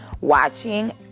watching